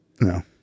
no